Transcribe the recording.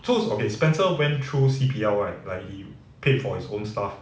so okay spencer went through C_P_L right like he paid for his own stuff